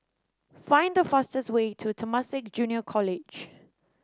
find the fastest way to Temasek Junior College